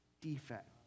defect